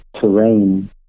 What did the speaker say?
terrain